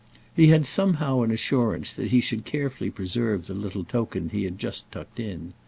he had somehow an assurance that he should carefully preserve the little token he had just tucked in.